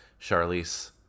Charlize